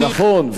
נכון,